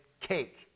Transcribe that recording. cake